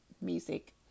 music